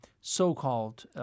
so-called